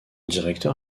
directeur